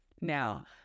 Now